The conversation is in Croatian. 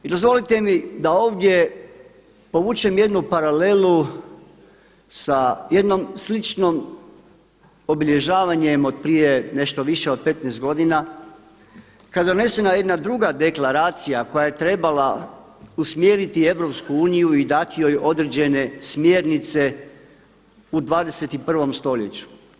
I dozvolite mi da ovdje povučem jednu paralelu sa jednom sličnom obilježavanjem od prije nešto više od 15 godina kada je donesena jedna druga deklaracija koja je trebala usmjeriti EU i dati joj određene smjernice u 21. stoljeću.